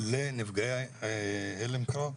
של נפגעי הלם קרב?